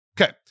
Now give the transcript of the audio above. Okay